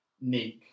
Nick